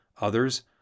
Others